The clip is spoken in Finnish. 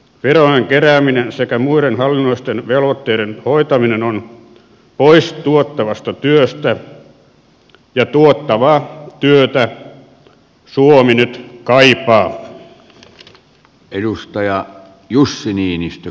verojen kerääminen sekä muiden hallinnollisten velvoitteiden hoitaminen on pois tuottavasta työstä ja tuottavaa työtä suomi nyt kaipaa